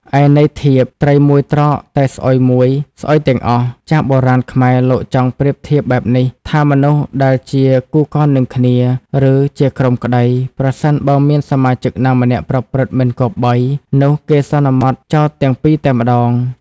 ឯន័យធៀប ត្រីមួយត្រកតែស្អុយមួយ ស្អុយទាំងអស់ ចាស់បុរាណខ្មែរលោកចង់ប្រៀបធៀបបែបនេះ ថាមនុស្សដែលជាគូកននឹងគ្នាឬជាក្រុមក្តី ប្រសិនបើមានសមាជិកណាម្នាក់ប្រព្រឹត្តមិនគប្បី នោះគេសន្មតចោទទាំងពីរតែម្តង។